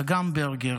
אגם ברגר,